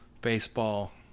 baseball